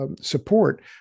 support